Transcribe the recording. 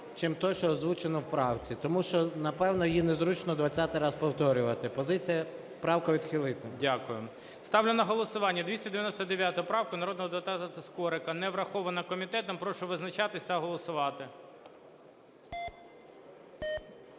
чим те, що озвучено в правці, тому що, напевно, її не зручно двадцятий раз повторювати. Позиція – правку відхилити. ГОЛОВУЮЧИЙ. Дякую. Ставлю на голосування 299 правку народного депутата Скорика. Не врахована комітетом. Прошу визначатись та голосувати.